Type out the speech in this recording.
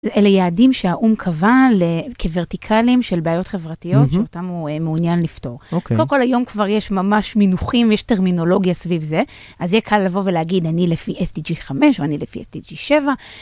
אלה יעדים שהאום קבע כוורטיקלים של בעיות חברתיות שאותם הוא מעוניין לפתור. אז כל כל היום כבר יש ממש מינוחים, יש טרמינולוגיה סביב זה, אז יהיה קל לבוא ולהגיד אני לפי SDG 5 או אני לפי SDG 7.